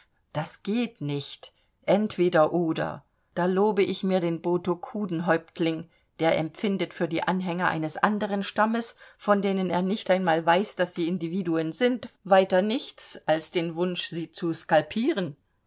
das geht nicht entweder oder da lobe ich mir den botokudenhäuptling der empfindet für die anhänger eines anderen stammes von denen er nicht einmal weiß daß sie individuen sind weiter nichts als den wunsch sie zu skalpieren